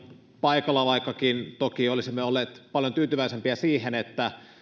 paikalla vaikkakin toki olisimme olleet paljon tyytyväisempiä siihen että